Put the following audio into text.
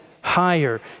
higher